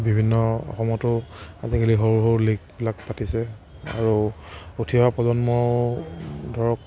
বিভিন্ন অসমতো আজিকালি সৰু সৰু লীগবিলাক পাতিছে আৰু উঠি অহা প্ৰজন্মও ধৰক